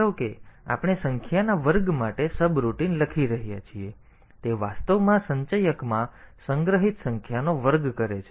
ધારો કે આપણે સંખ્યાના વર્ગ માટે સબરૂટિન લખી રહ્યા છીએ તે વાસ્તવમાં સંચયકમાં સંગ્રહિત સંખ્યાનો વર્ગ કરે છે